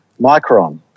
Micron